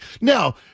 Now